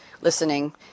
listening